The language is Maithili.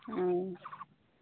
हॅं